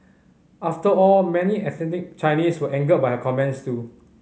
after all many ethnic Chinese were angered by her comments too